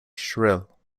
shrill